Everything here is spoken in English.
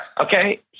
okay